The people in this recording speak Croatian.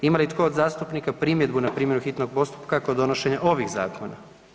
Ima li tko od zastupnika primjedbu na primjenu hitnog postupka kod donošenja ovih zakona?